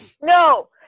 no